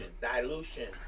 dilution